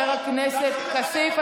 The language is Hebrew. חבר הכנסת כסיף,